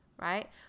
right